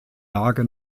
lage